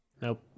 Nope